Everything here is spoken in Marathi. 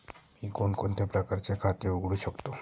मी कोणकोणत्या प्रकारचे खाते उघडू शकतो?